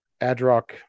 Adrock